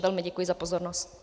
Velmi děkuji za pozornost.